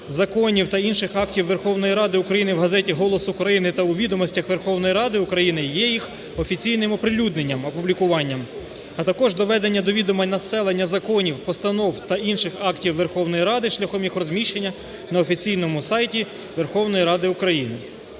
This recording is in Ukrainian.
законів та інших актів Верховної Ради України в газеті "Голос України" та у "Відомостях Верховної Ради України" є їх офіційним оприлюдненням, опублікуванням, а також доведення до відома населення законів, постанов та інших актів Верховної Ради шляхом їх розміщення на офіційному сайті Верховної Ради України.